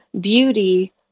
beauty